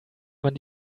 man